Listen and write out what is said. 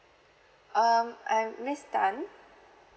um I am miss tan